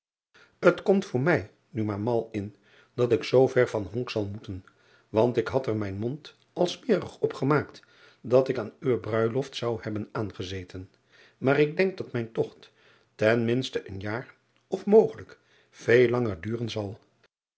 t omt voor mij nu maar mal in dat ik zoo ver van honk zal moeten want ik had er mijn mond al smerig op gemaakt dat ik aan uwe bruiloft zou hebben aangezeten maar ik denk dat mijn togt ten minste een jaar of mogelijk veel langer duren zal